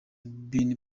been